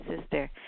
sister